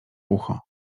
ucho